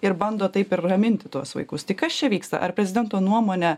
ir bando taip ir raminti tuos vaikus tai kas čia vyksta ar prezidento nuomone